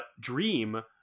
Dream